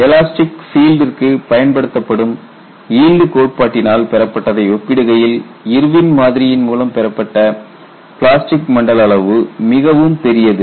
கேள்வி எலாஸ்டிக் பீல்டிற்கு பயன்படுத்தப்படும் ஈல்ட் கோட்பாட்டினால் பெறப்பட்டதை ஒப்பிடுகையில் இர்வின் மாதிரியின் மூலம் பெறப்பட்ட பிளாஸ்டிக் மண்டல அளவு மிகவும் பெரியது